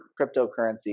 cryptocurrency